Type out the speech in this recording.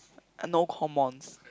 uh no commons